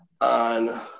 on